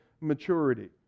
maturity